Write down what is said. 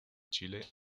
chile